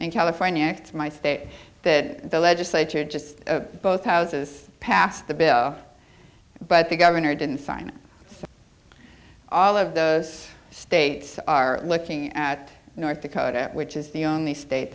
in california and my state that the legislature just both houses passed the bill but the governor didn't sign it all of those states are looking at north dakota which is the only state